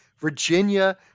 Virginia